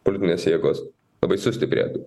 politinės jėgos labai sustiprėtų